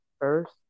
first